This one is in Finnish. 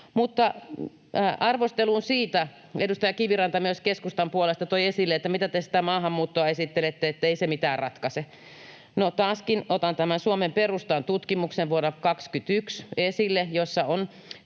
siihen arvosteluun — edustaja Kiviranta myös keskustan puolesta toi tämän esille — että mitä te sitä maahanmuuttoa esittelette, että ei se mitään ratkaise. No taaskin otan esille tämän Suomen Perustan tutkimuksen vuodelta 21, jossa on